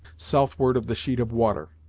southward of the sheet of water.